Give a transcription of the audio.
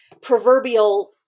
proverbial